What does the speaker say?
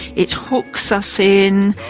it hooks us in,